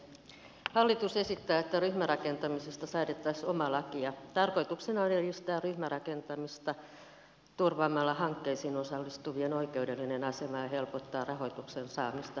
hallitus esittää että ryhmärakentamisesta säädettäisiin oma laki ja tarkoituksena on järjestää ryhmärakentamista turvaamalla hankkeeseen osallistuvien oikeudellinen asema ja helpottaa rahoituksen saamista hankkeille